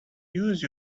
use